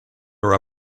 are